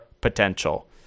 potential